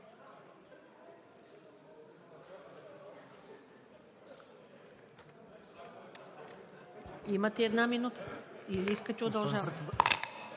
Имате една минута или искате удължаване?